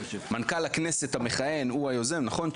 מנכ"ל הכנסת המכהן הוא היוזם, נכון?